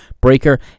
Breaker